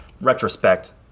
retrospect